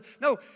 No